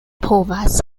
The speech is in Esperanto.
povas